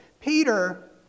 Peter